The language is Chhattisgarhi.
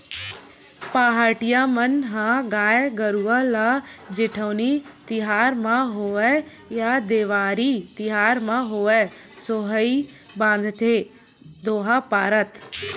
पहाटिया मन ह गाय गरुवा ल जेठउनी तिहार म होवय या देवारी तिहार म होवय सोहई बांधथे दोहा पारत